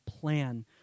plan